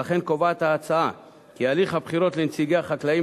ולכן קובעת ההצעה כי הליך הבחירות לנציגי החקלאים